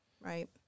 Right